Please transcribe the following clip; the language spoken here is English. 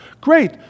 Great